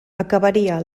acabaria